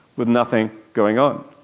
with nothing going on.